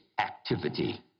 activity